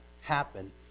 happen